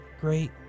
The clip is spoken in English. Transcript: Great